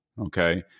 Okay